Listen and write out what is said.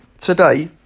today